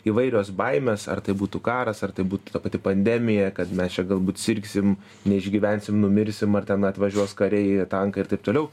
įvairios baimės ar tai būtų karas ar tai būtų ta pati pandemija kad mes čia galbūt sirgsim neišgyvensim numirsim ar ten atvažiuos kariai tankai ir taip toliau